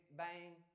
bang